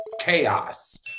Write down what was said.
chaos